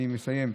אני מסיים.